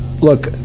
Look